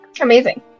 Amazing